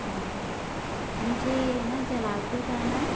हाँ मुझे न जलालपुर जाना है